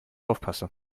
aufpasse